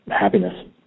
happiness